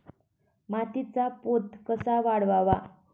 मातीचा पोत कसा वाढवावा?